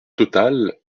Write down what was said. totale